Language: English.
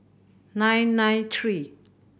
nine nine three